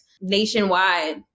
nationwide